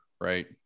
right